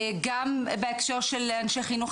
גם בהקשר של אנשי חינוך,